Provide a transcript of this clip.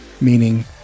meaning